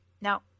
Now